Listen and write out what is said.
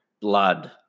blood